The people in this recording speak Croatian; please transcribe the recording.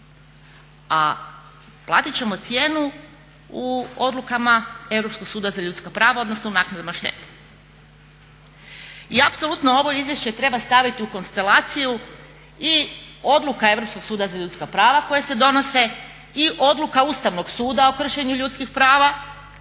a platit ćemo cijenu u odlukama Europskog suda za ljudska prava odnosno u naknadama štete. I apsolutno ovo izvješće treba staviti u konstelaciju i odluka Europskog suda za ljudska prava koje se donose i odluka Ustavnog suda o kršenju ljudskih prava